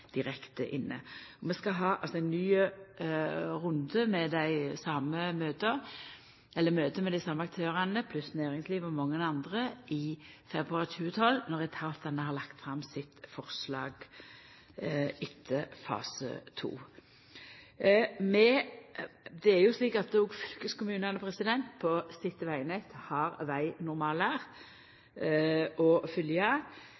direkte inne. Vi skal ha eit nytt møte med dei same aktørane, pluss næringslivet og mange andre, i februar 2012, når etatane har lagt fram sine forslag etter fase 2. Det er slik at òg fylkeskommunane på sitt vegnett har vegnormalar